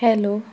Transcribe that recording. hello